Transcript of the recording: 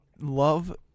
love